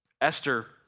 Esther